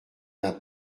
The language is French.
d’un